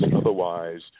otherwise